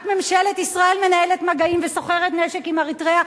רק ממשלת ישראל מנהלת מגעים וסוחרת בנשק עם אריתריאה,